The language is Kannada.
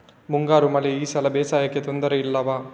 ಮುಂಗಾರು ಮಳೆ ಈ ಸಲ ಬೇಸಾಯಕ್ಕೆ ತೊಂದರೆ ಇಲ್ವ?